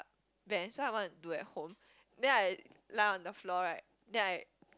bench so I want to do at home then I lie on the floor right then I